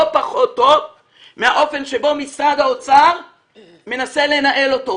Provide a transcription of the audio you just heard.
פחות טוב מהאופן שבו משרד האוצר מנסה לנהל אותו.